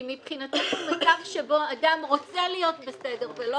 כי מבחינתנו מצב שבו אדם רוצה להיות בסדר ולא